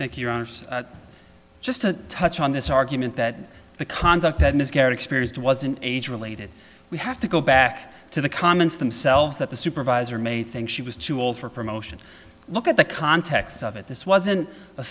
thank your honour's just to touch on this argument that the conduct that miscarriage experienced was an age related we have to go back to the comments themselves that the supervisor may think she was too old for promotion look at the context of it this wasn't a